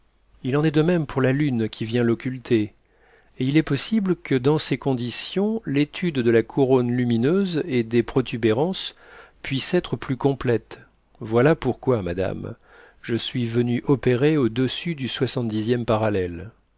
il en est de même pour la lune qui vient l'occulter et il est possible que dans ces conditions l'étude de la couronne lumineuse et des protubérances puisse être plus complète voilà pourquoi madame je suis venu opérer au-dessus du soixante dixième parallèle